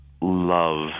love